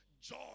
joy